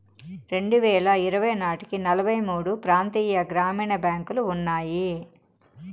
రెండువేల ఇరవై నాటికి నలభై మూడు ప్రాంతీయ గ్రామీణ బ్యాంకులు ఉన్నాయి